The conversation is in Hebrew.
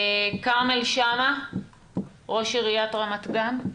כרמל שאמה, ראש עיריית רמת גן,